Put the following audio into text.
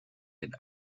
den